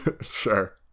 Sure